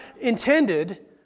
intended